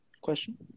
Question